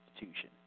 institution